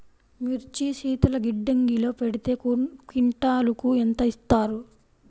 మిర్చి శీతల గిడ్డంగిలో పెడితే క్వింటాలుకు ఎంత ఇస్తారు?